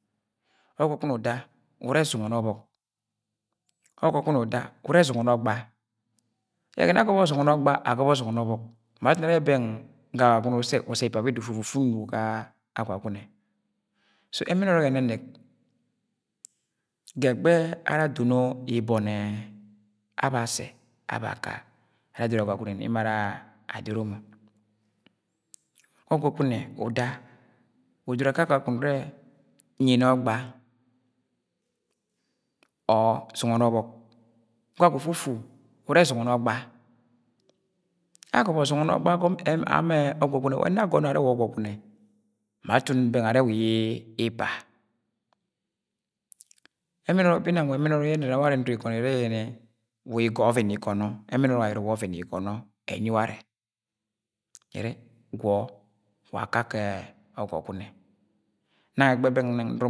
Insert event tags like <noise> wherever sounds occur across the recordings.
. Ọgwọgune uda urẹ zọngọ ni ọbọk, ọgwọgune uda ure zọngọ ni ọgba, ẹgonẹ agọbọ zọngọ ni ọgba, agọbọ zọngọ ni ọbọk ma atum are beng ga agwagune ussẹ usse ga ipa bida ufufu ufu unugo ga agwagune, so ẹmẹn ọrọk ẹnẹnẹp ga ẹgbẹ ara adono ibọnẹ aba ase aba aka ara adoro agwagune nẹ emo ara adoro mọ ọgwọgune uda udoro akakẹ agwagune urẹ, nyini ọgba or zọngo ni ọbọk gwa gwọ ufu ufu urẹ ztngẹ ni ǫ. ọgba agobo zingẹ ni ọgba <hesitation> ga ama ẹ ọgwọgune we nọ agọnọ arẹ wa ọgwọgune ma atum bęng arẹ wa ipa, ẹmẹn orok binang wa ẹmẹn ọrọk yẹ ẹrẹ ẹna warẹ nǫrọ igọnọ irẹ yẹnẹ wa ọvẹn igọnọ, ẹmẹn orok ayerọ wa ọvẹn igọnọ, ẹnyi warẹ ẹrẹ gwọ wa akake ọgwọgune nang ẹgbẹghẹ bẹng nang nọrọ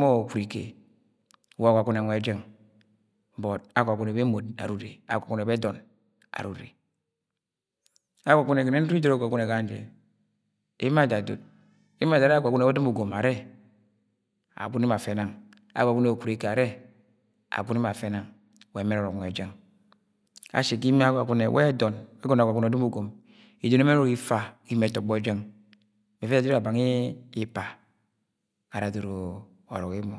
ma ukurike wọ ọgwọgune nwẹ jẹng but agwagune be emot arure, agwagube bẹ ẹdọn arure, agwagune ẹgọnẹ nọrọ idoro agwagune gang jẹ emo aje adod emo ara adoro arẹ agwagune ubẹ ọdim ugọm arẹ agwagune emo afe nang agwagune bẹ ukurike arẹ agwagune emo afẹ nang wa ẹmẹn ọrọk nwẹ jẹng, ashi ga imie agwagune wẹ ẹdọn wẹ ẹgọnọ agwagune ọdim ugom ito ni ẹmẹn orok ifa ga imi etọgbọ jẹng ẹfẹ ẹda dejere wa bang ipa ara adoro ọrọk emo.